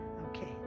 Okay